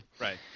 Right